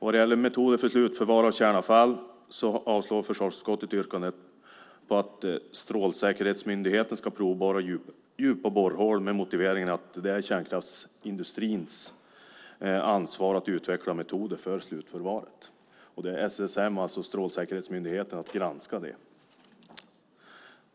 Vad det gäller metoder för slutförvar av kärnavfall avstyrker försvarsutskottet yrkandet att Strålsäkerhetsmyndigheten ska provborra djupa borrhål med motiveringen att det är kärnkraftsindustrins ansvar att utveckla metoder för slutförvaret. Det är SSM, Strålsäkerhetsmyndigheten som ska granska det.